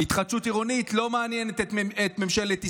התחדשות עירונית לא מעניינת את ממשלת ישראל.